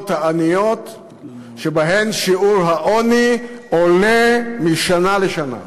העניות שבהן שיעור העוני עולה משנה לשנה.